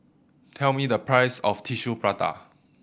tell me the price of Tissue Prata